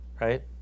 Right